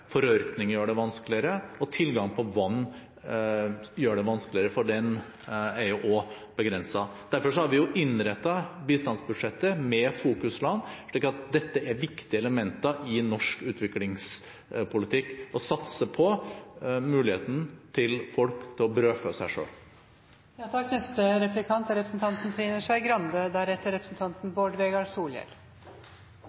forørkning gjør det vanskeligere, og begrenset tilgang på vann gjør det vanskeligere. Derfor har vi innrettet bistandsbudsjettet med fokusland, slik at dette er viktige elementer i norsk utviklingspolitikk – å satse på muligheten for folk til å brødfø seg